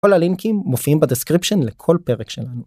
כל הלינקים מופיעים ב-Description לכל פרק שלנו.